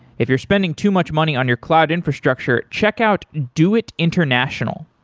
if you're spending too much money on your cloud infrastructure, check out doit international.